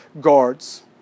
guards